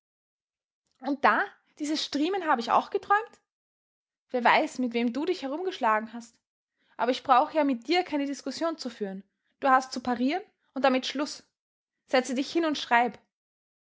und da diese striemen habe ich auch geträumt wer weiß mit wem du dich herumgeschlagen hast aber ich brauche ja mit dir keine diskussion zu führen du hast zu parieren und damit schluß setze dich hin und schreib